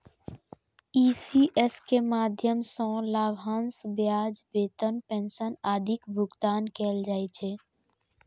ECS के माध्यम सं लाभांश, ब्याज, वेतन, पेंशन आदिक भुगतान कैल जाइ छै